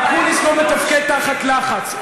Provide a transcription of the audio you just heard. "אקוניס לא מתפקד תחת לחץ".